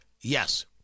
Yes